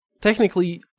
technically